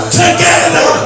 together